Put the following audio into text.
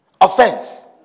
Offense